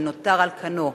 שנותר על כנו.